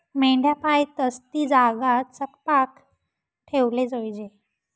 मेंढ्या पायतस ती जागा चकपाक ठेवाले जोयजे